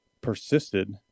persisted